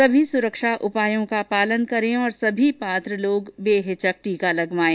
सभी सुरक्षा उपायों का पालन करें और सभी पात्र लोग बेहिचक टीका लगवाएं